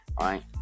right